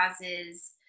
causes